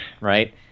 Right